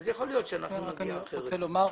יכול להיות שנאמר אחרת.